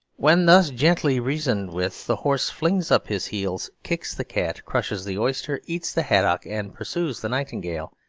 when thus gently reasoned with, the horse flings up his heels, kicks the cat, crushes the oyster, eats the haddock and pursues the nightingale,